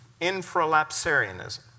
infralapsarianism